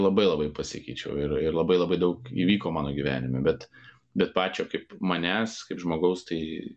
labai labai pasikeičiau ir ir labai labai daug įvyko mano gyvenime bet bet pačio kaip manęs kaip žmogaus tai